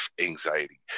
anxiety